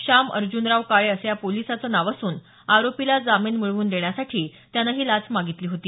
श्याम अर्जुनराव काळे असं या पोलिसाचं नाव असून आरोपीला जामीन मिळवून देण्यासाठी त्यानं ही लाच मागितली होती